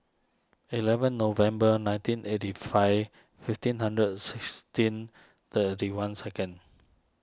eleven November nineteen eighty five fifteen hundred sixteen thirty one second